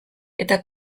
eta